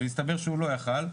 ומסתבר שהוא לא יכל.